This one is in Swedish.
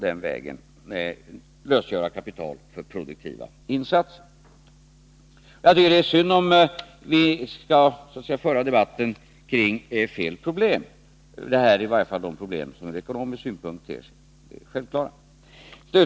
Den vägen kan alltså kapital för produktiva insatser lösgöras. Det är synd om vi skall föra debatten kring fel problem. Det är dessa problem som i varje fall ur ekonomisk synpunkt ter sig självklara.